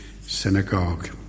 synagogue